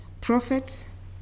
prophets